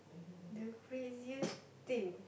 the craziest thing